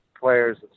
players